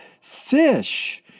fish